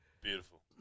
Beautiful